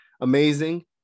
amazing